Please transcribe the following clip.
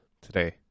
today